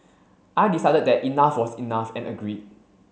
I decided that enough was enough and agreed